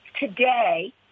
Today